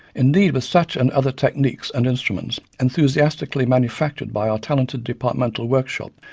indeed with such and other techniques and instruments, enthusiastically manufactured by our talented departmental workshops,